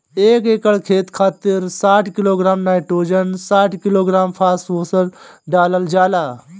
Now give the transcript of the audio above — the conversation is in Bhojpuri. एक एकड़ खेत खातिर साठ किलोग्राम नाइट्रोजन साठ किलोग्राम फास्फोरस डालल जाला?